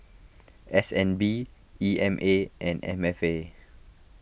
S N B E M A and M F A